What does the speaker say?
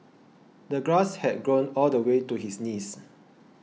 the grass had grown all the way to his knees